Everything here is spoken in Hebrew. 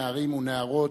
נערים ונערות,